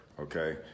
okay